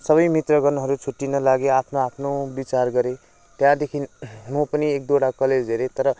सबै मित्रगणहरु छुट्टीन लागे आफ्नो आफ्नो बिचार गरे त्यहाँदेखि म पनि एक दुईवटा कलेज हेरेँ तर